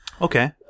okay